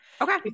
okay